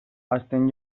hazten